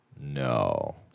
No